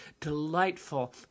delightful